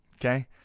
okay